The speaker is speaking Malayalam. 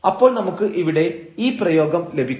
അപ്പോൾ നമുക്ക് ഇവിടെ ഈ പ്രയോഗം ലഭിക്കും